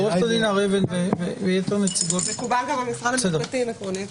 עקרונית זה מקובל גם על משרד המשפטים.